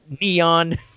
neon